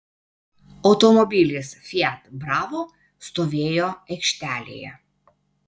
automobilis fiat bravo stovėjo aikštelėje